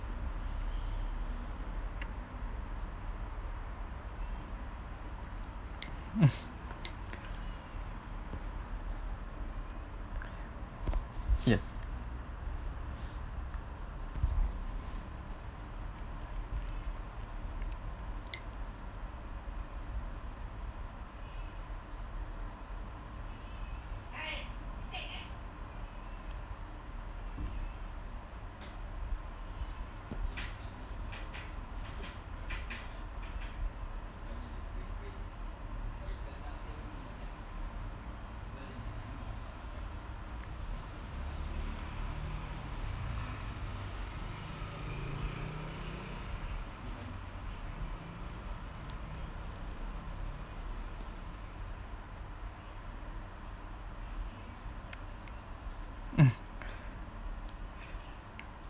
yes